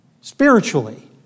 Spiritually